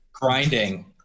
grinding